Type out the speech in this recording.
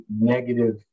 negative